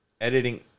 editing